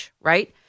right